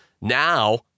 Now